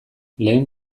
lehen